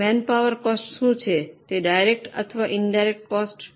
manpower cost શું છે તે ડાયરેક્ટ અથવા ઇનડાયરેક્ટ કોસ્ટ છે